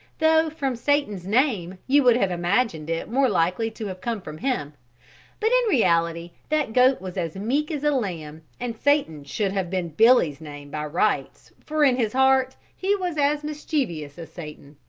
though from satan's name you would have imagined it more likely to have come from him but in reality that goat was as meek as a lamb and satan should have been billy's name by rights for in his heart he was as mischievous as satan.